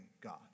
God